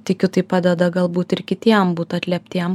tikiu tai padeda galbūt ir kitiem būt atliept jam